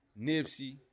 Nipsey